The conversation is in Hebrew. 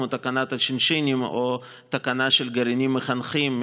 כמו תקנת הש"שים או התקנה של גרעינים מחנכים,